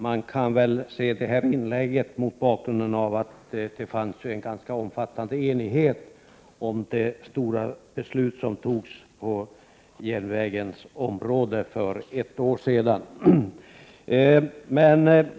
Man kan se det här inlägget mot bakgrund av att det fanns en ganska omfattande enighet om det viktiga beslut på järnvägens område som fattades för ett år sedan.